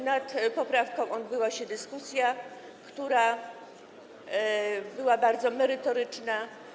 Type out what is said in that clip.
Nad poprawką odbyła się dyskusja, która była bardzo merytoryczna.